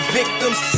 victims